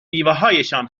میوههایشان